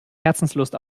herzenslust